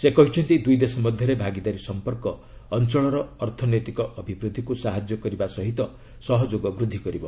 ସେ କହିଛନ୍ତି ଦୂଇ ଦେଶ ମଧ୍ୟରେ ଭାଗିଦାରୀ ସମ୍ପର୍କ' ଅଞ୍ଚଳର ଅର୍ଥନୈତିକ ଅଭିବୃଦ୍ଧିକୁ ସାହାଯ୍ୟ କରିବା ସହିତ ସହଯୋଗ ବୃଦ୍ଧି କରିବ